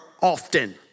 often